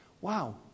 wow